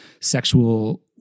sexual